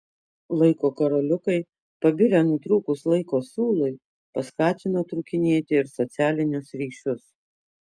laiko karoliukai pabirę nutrūkus laiko siūlui paskatino trūkinėti ir socialinius ryšius